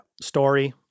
story